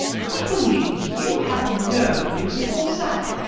i believe you have no nuciform sac.